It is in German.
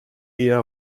eher